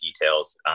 details